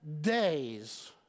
days